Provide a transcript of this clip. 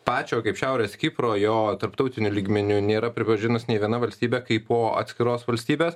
pačio kaip šiaurės kipro jo tarptautiniu lygmeniu nėra pripažinusi nė viena valstybė kaipo atskiros valstybės